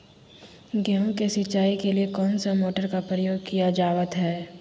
गेहूं के सिंचाई के लिए कौन सा मोटर का प्रयोग किया जावत है?